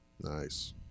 Nice